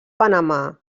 panamà